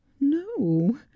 No